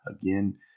Again